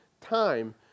time